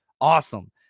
Awesome